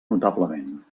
notablement